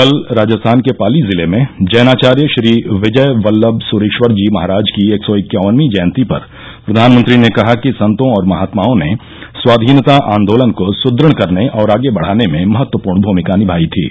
कल राजस्थान के पाली जिले में जैनाचार्य श्री विजय वल्लभ सुरीश्वर जी महाराज की एक सौ इक्यावनवीं जयंती पर प्रधानमंत्री ने कहा कि संतों और महात्माओं ने स्वाधीनता आंदोलन को सुद्ध करने और आगे बढाने में महत्वपर्ण भुमिका निमाई थी